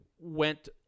went